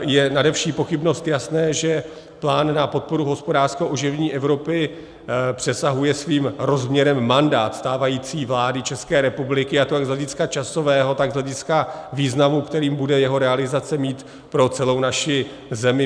Je nade vši pochybnost jasné, že plán na podporu hospodářského oživení Evropy přesahuje svým rozměrem mandát stávající vlády České republiky, a to jak z hlediska časového, tak z hlediska významu, který bude jeho realizace mít pro celou naši zemi.